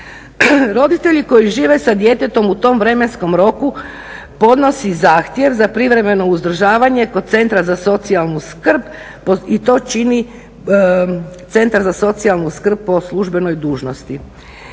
Roditelji koji žive sa djetetom u tom vremenskom roku podnosi zahtjev za privremeno uzdržavanje kod Centra za socijalnu skrb i to čini Centar za socijalnu skrb po službenoj dužnosti.